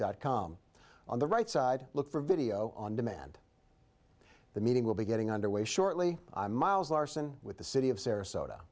dot com on the right side look for video on demand the meeting will be getting underway shortly miles larsen with the city of sarasota